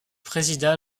présida